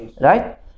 right